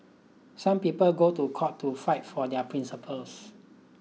some people go to court to fight for their principles